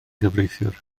gyfreithiwr